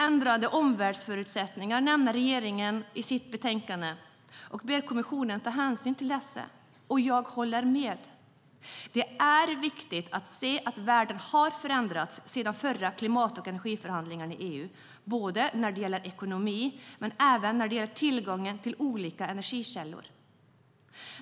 Ändrade omvärldsförutsättningar nämner regeringen i sitt utlåtande och ber kommissionen att ta hänsyn till dessa, och jag håller med. Det är viktigt att se att världen har förändrats sedan de förra klimat och energiförhandlingarna i EU när det gäller ekonomi och även när det gäller tillgången till olika energikällor.